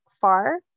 far